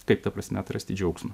kaip ta prasme atrasti džiaugsmą